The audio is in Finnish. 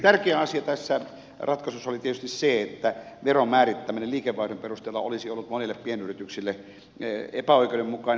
tärkeä asia tässä ratkaisussa oli tietysti se että veron määrittäminen liikevaihdon perusteella olisi ollut monille pienyrityksille epäoikeudenmukainen ratkaisu